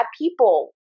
people